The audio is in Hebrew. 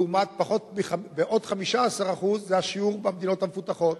ועוד 15% זה השיעור במדינות המפותחות.